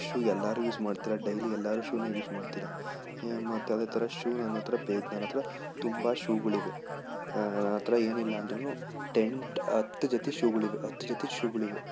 shoe ಎಲ್ಲರೂ use ಮಾಡ್ತೀರಾ daily ಎಲ್ಲರೂ ಶೂನ ಯೂಸ್ ಮಾಡ್ತೀರಾ ಮತ್ತು ಅದೇ ಥರ ಶೂ ನನ್ನತ್ರ ಬೇ ನನ್ನತ್ರ ತುಂಬಾ ಶೂಗಳಿವೆ ಆ ಥರ ಏನಿಲ್ಲಾಂದ್ರೂ ಟೆನ್ ಹತ್ತು ಜೊತೆ ಶೂಗಳಿವೆ ಹತ್ತು ಜೊತೆ ಶೂಗಳಿವೆ